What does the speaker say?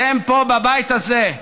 אתם פה, בבית הזה,